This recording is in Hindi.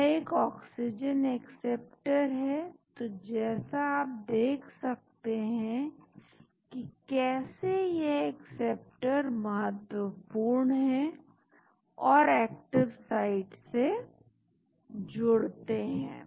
यह एक ऑक्सीजन एक्सेप्टर है तो जैसा आप देख सकते हैं कि कैसे यह एक्सेप्टर्स महत्वपूर्ण है और एक्टिव साइट से जुड़ते हैं